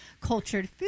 cultured